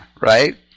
Right